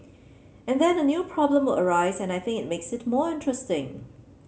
and then a new problem will arise and I think makes it more interesting